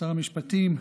שר המשפטים,